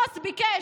הבוס ביקש,